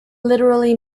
literally